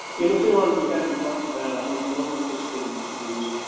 interferon we haven't talked about i don't know if it's been used.